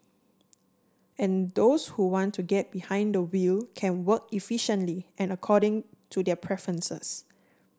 and those who want to get behind the wheel can work efficiently and according to their preferences